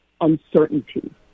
uncertainty